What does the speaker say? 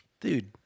Dude